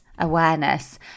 awareness